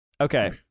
Okay